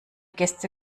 gäste